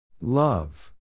Love